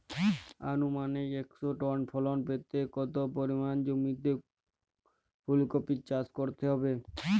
আনুমানিক একশো টন ফলন পেতে কত পরিমাণ জমিতে ফুলকপির চাষ করতে হবে?